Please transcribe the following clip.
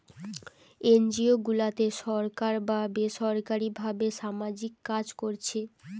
NGO গুলাতে সরকার বা বেসরকারী ভাবে সামাজিক কাজ কোরছে